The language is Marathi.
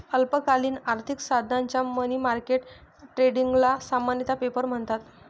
अल्पकालीन आर्थिक साधनांच्या मनी मार्केट ट्रेडिंगला सामान्यतः पेपर म्हणतात